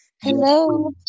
Hello